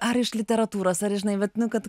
ar iš literatūros ar žinai vat nu kad